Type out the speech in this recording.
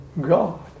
God